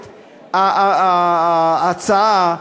את ההצעה,